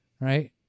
right